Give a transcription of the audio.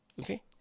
okay